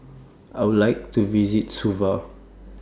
I Would like to visit Suva